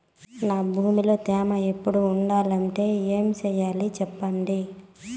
నా భూమిలో తేమ ఎప్పుడు ఉండాలంటే ఏమి సెయ్యాలి చెప్పండి?